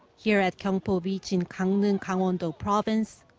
here at gyeongpo beach in gangneung, gangwon-do province,